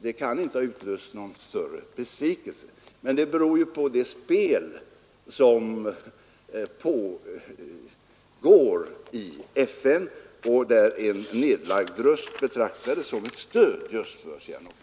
Det var ett drag i det spel som pågår i FN, där en nedlagd röst betraktades som ett stöd just för Sihanoukregimen.